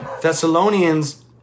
Thessalonians